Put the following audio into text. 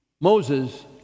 Moses